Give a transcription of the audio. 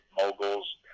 moguls